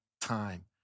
time